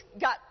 got